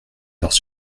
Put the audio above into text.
heures